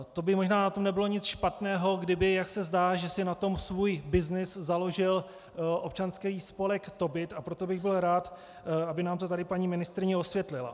Na tom by možná nebylo nic špatného, kdyby jak se zdá, že si na tom svůj byznys založil občanský spolek Tobit, a proto bych byl rád, aby nám to tady paní ministryně osvětlila.